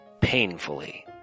Painfully